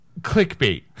Clickbait